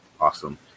Awesome